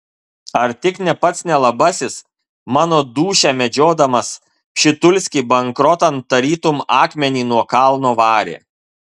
ar tik ne pats nelabasis mano dūšią medžiodamas pšitulskį bankrotan tarytum akmenį nuo kalno varė